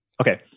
Okay